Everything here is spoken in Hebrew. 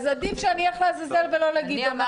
אז עדיף שאני אלך לעזאזל ולא לגדעון,